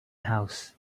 house